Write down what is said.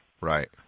Right